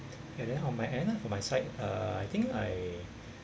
and then on my end ah for my side uh I think I